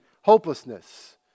hopelessness